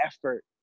effort